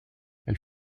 elle